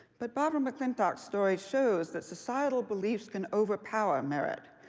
but barbara mcclintock's story shows that societal beliefs can overpower merit.